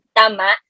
tama